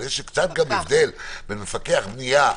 אבל יש קצת הבדל בין מפקח בניה,